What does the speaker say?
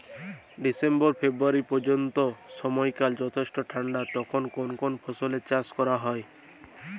December February পর্যন্ত সময়কাল যথেষ্ট ঠান্ডা তখন কোন কোন ফসলের চাষ করা হয়?